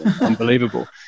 unbelievable